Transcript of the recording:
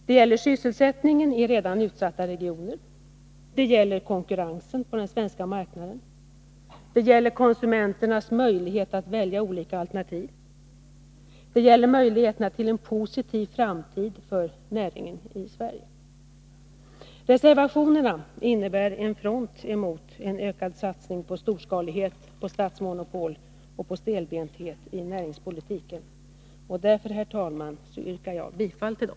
Det gäller sysselsättningen i redan utsatta regioner. Det gäller konkurrensen på den svenska marknaden. Det gäller konsumenternas möjlighet att välja olika alternativ. Det gäller möjligheterna till en positiv framtid för näringen i Sverige. Reservationerna innebär en front emot en ökad satsning på storskalighet, statsmonopol och stelbenthet i näringspolitiken. Därför, herr talman, yrkar jag bifall till dem.